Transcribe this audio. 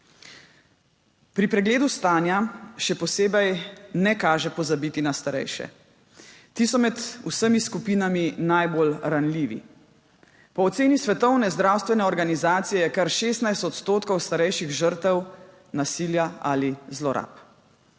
Pri pregledu stanja še posebej ne kaže pozabiti na starejše. Ti so med vsemi skupinami najbolj ranljivi. Po oceni Svetovne zdravstvene organizacije je kar 16 odstotkov starejših žrtev nasilja ali zlorab.